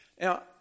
Now